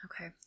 Okay